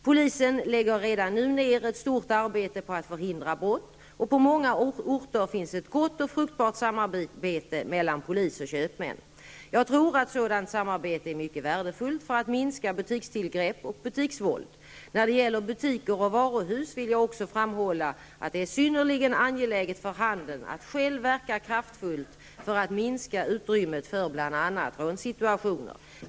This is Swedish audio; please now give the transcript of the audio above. Polisen lägger redan nu ner ett stort arbete på att förhindra brott, och på många orter finns ett gott och fruktbart samarbete mellan polis och köpmän. Jag tror att sådant samarbete är mycket värdefullt för att minska butikstillgrepp och butiksvåld. När det gäller butiker och varuhus vill jag också framhålla att det är synnerligen angeläget för handeln att själv verka kraftfullt för att minska utrymmet för bl.a. rånsituationer.